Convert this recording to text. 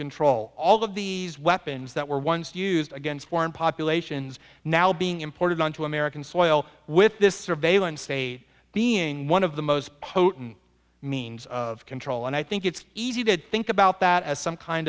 control all of these weapons that were once used against foreign populations now being imported onto american soil with this surveillance they being one of the most potent means of control and i think it's easy to think about that as some kind